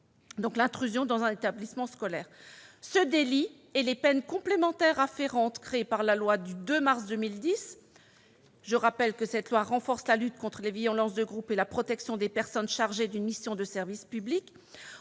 scolaire sans autorisation. Ce délit et les peines complémentaires afférentes créés par la loi du 2 mars 2010- je rappelle que cette loi renforce la lutte contre les violences de groupes et la protection des personnes chargées d'une mission de service public